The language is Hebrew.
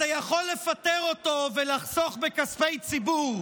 אתה יכול לפטר אותו ולחסוך בכספי ציבור,